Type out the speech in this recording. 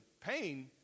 pain